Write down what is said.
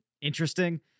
interesting